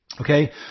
okay